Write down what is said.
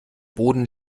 boden